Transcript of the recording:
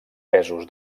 pesos